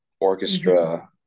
orchestra